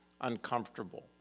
uncomfortable